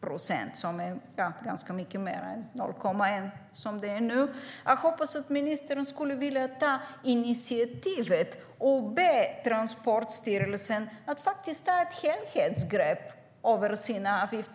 procent. Det är ganska mycket mer än 0,1 procent, som det är nu. Jag hoppas att ministern skulle vilja ta initiativ till att be Transportstyrelsen ta ett helhetsgrepp över sina avgifter.